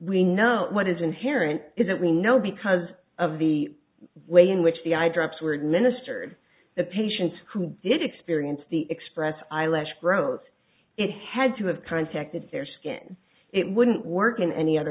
we know what is inherent is it we know because of the way in which the eye drops we're now in a steward the patients who did experience the express eyelash growth it had to have contacted their skin it wouldn't work in any other